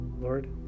Lord